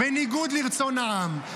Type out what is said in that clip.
בניגוד לרצון העם,